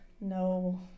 No